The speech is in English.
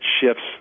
shifts